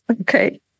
Okay